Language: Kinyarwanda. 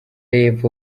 y’epfo